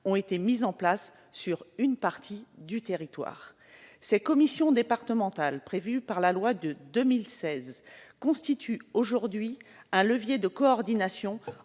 ont été mises en place sur une partie du territoire. Ces commissions départementales, prévues par la loi précitée, constituent aujourd'hui un levier de coordination